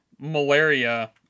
malaria